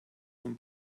von